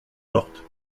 forte